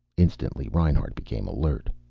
instantly reinhart became alert.